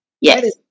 yes